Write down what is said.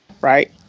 Right